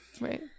right